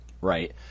right